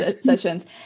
sessions